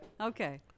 Okay